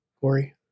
Corey